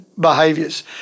behaviors